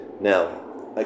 Now